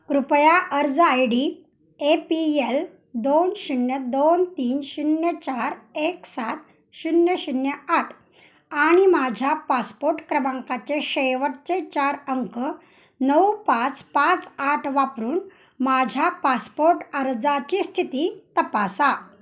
कृपया अर्ज I D A P L दोन शून्य दोन तीन शून्य चार एक सात शून्य शून्य आठ आणि माझ्या पासपोर्ट क्रमांकाचे शेवटचे चार अंक नऊ पाच पाच आठ वापरून माझ्या पासपोर्ट अर्जाची स्थिती तपासा